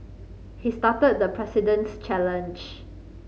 he started the President's challenge